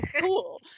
cool